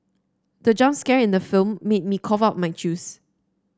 the jump scare in the film made me cough out my juice